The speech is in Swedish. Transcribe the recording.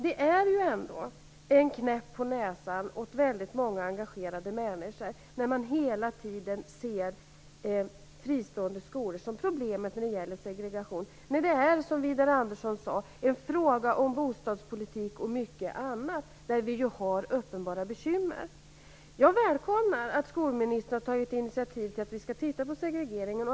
Det är ändå en knäpp på näsan åt väldigt många engagerade människor när man hela tiden ser fristående skolor som problemet när det gäller segregation. Det är, som Widar Andersson sade, en fråga om bostadspolitik och mycket annat, där vi har uppenbara bekymmer. Jag välkomnar att skolministern har tagit initiativ till att vi skall titta på segregeringen.